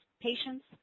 Patients